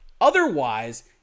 Otherwise